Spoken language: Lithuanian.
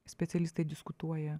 specialistai diskutuoja